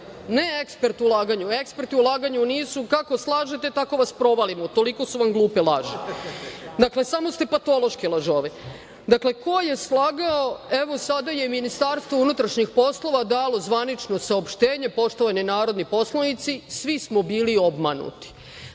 Ne ekspert u laganju, eksperti u laganju nisu, kako slažete, tako vas provalimo. Toliko su vam glupe laži. Dakle, samo ste patološki lažovi. Dakle, ko je slagao, evo sada je MUP dalo zvanično saopštenje. Poštovani narodni poslanici, svi smo bili obmanuti.